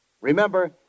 Remember